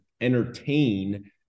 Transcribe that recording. entertain